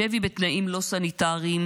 שבי בתנאים לא סניטריים